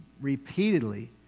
repeatedly